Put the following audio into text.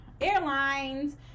airlines